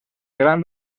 gran